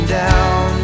down